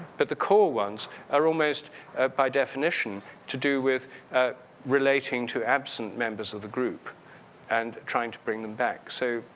but the call ones are almost by definition to do with relating to absent members of the group and trying to bring them back. so,